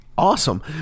Awesome